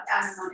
Yes